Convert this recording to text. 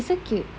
she so cute